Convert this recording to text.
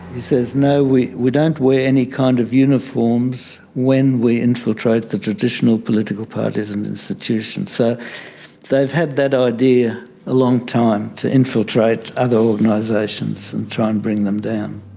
he says, no we we don't wear any kind of uniforms when we infiltrate the traditional political parties and institutions. so they've had that idea a long time to infiltrate other organisations and try and bring them down.